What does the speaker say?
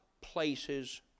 places